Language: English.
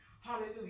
Hallelujah